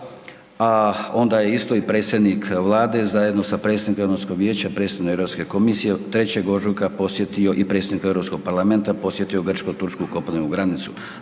a onda je isto i predsjednik Vlade zajedno sa predsjednikom Europskog vijeća, predsjednikom Europske komisije 3. ožujka posjetio i predsjednikom Europskog parlamenta posjetio Grčko – Tursku kopnenu granicu.